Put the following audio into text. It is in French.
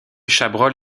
chabrol